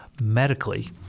medically